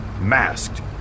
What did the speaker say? masked